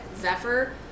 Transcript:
Zephyr